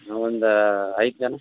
ನಾವು ಒಂದು ಐದು ಜನ